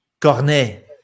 Cornet